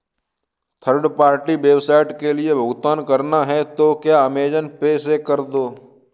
third party website के लिए भुगतान करना है तो क्या अमेज़न पे से कर दो